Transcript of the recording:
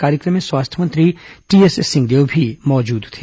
कार्यक्रम में स्वास्थ्य मंत्री टीएस सिंहदेव भी मौजूद थे